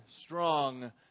strong